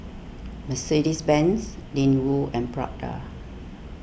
Mercedes Benz Ling Wu and Prada